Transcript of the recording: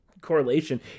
correlation